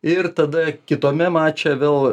ir tada kitame mače vėl